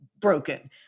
broken